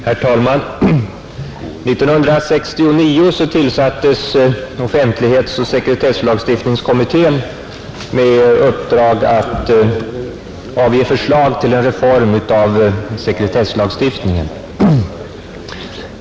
Herr talman! 1969 tillsattes offentlighetsoch sekretesslagstiftningskommittén med uppdrag att avge förslag till en reform av sekretesslagstiftningen.